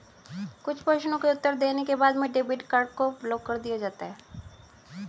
कुछ प्रश्नों के उत्तर देने के बाद में डेबिट कार्ड को ब्लाक कर दिया जाता है